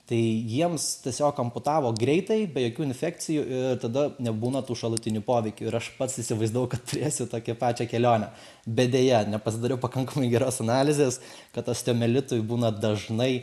tai jiems tiesiog amputavo greitai be jokių infekcijų ir tada nebūna tų šalutinių poveikių ir aš pats įsivaizdavau kad turėsiu tokią pačią kelionę bet deja nepasidariau pakankamai geros analizės kad osteomielitui būna dažnai